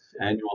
annual